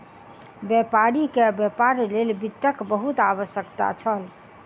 व्यापारी के व्यापार लेल वित्तक बहुत आवश्यकता छल